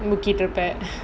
முக்கிட்டு இருப்ப:mukkitu irupa